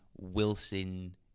Wilson